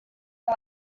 are